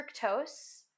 fructose